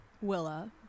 Willa